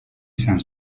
izan